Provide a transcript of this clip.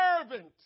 servant